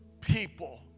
people